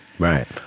Right